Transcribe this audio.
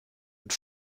und